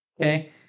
okay